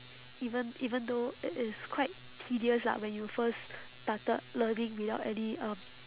even even though it is quite tedious lah when you first started learning without any um